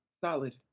solid